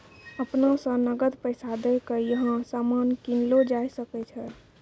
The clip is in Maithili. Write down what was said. अपना स नकद पैसा दै क यहां सामान कीनलो जा सकय छै